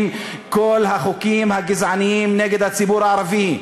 כל החוקים הגזעניים נגד הציבור הערבי?